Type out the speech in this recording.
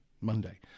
Monday